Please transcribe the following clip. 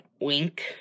wink